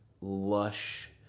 lush